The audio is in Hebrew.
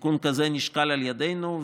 תיקון כזה נשקל על ידינו,